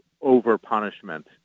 over-punishment